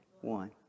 One